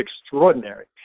extraordinary